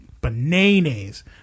bananas